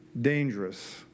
dangerous